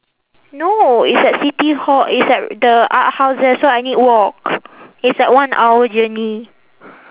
no it's at city hall it's at the art house there so I need walk it's like one hour journey